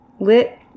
Lit